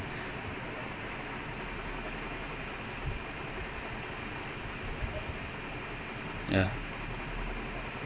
I mean you don't have to you don't have to dislike I mean you don't have to do or like if it's so close for you really doesn't matter I am doing because matters a lot like